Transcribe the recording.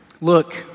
Look